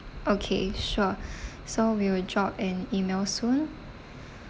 okay sure so we will drop an email soon